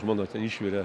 žmona ten išvirė